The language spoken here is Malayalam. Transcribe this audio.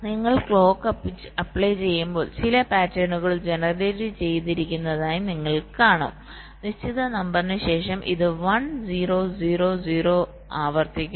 നിങ്ങൾ ക്ലോക്കു അപ്ലൈ ചെയ്യുമ്പോൾ ചില പാറ്റേണുകൾ ജനറേറ്റുചെയ്തിരിക്കുന്നതായി നിങ്ങൾ കാണും നിശ്ചിത നമ്പറിന് ശേഷം ഇത് 1 0 0 0 ആവർത്തിക്കുന്നു